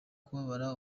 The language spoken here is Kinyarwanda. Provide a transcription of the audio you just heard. kubabara